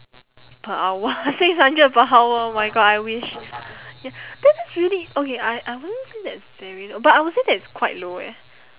per hour six hundred per hour oh my god I wish then that's really okay I I won't say that's very l~ but I would say that it's quite low eh